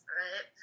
right